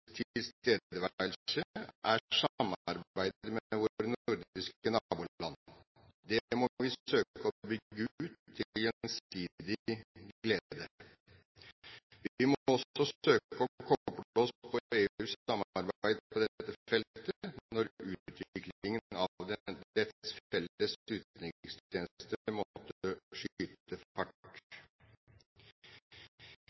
tilstedeværelse er samarbeidet med våre nordiske naboland. Det må vi søke å bygge ut, til gjensidig glede. Vi må også søke å kople oss på EUs samarbeid på dette feltet når utviklingen av dets felles utenrikstjeneste